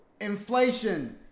inflation